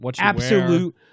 absolute